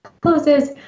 closes